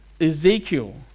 Ezekiel